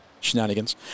Shenanigans